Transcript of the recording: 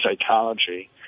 psychology